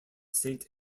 saint